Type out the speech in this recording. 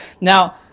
Now